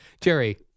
Jerry